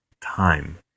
time